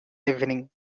evening